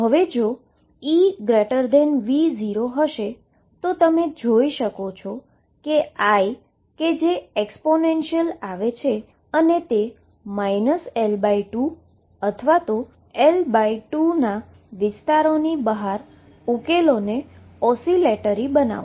જો EV0 હશે તો તમે જોઈ શકો છો કે i કે જે એક્સ્પોનેન્શીઅલ આવે છે અને તે L2 અથવા L2 ના વિસ્તારોની બહાર ઉકેલોને ઓસ્સીલટરી બનાવશે